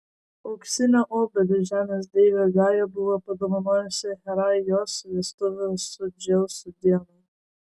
auksinę obelį žemės deivė gaja buvo padovanojusi herai jos vestuvių su dzeusu dieną